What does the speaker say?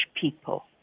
people